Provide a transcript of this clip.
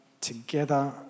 together